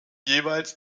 jeweils